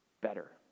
better